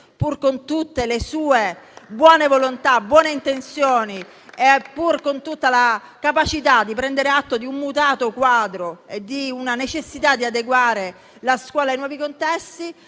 pur con tutta la sua buona volontà, le sue buone intenzioni, pur con tutta la capacità di prendere atto di un mutato quadro e di una necessità di adeguare la scuola ai nuovi contesti,